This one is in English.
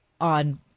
on